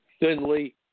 thinly